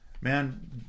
Man